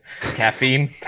Caffeine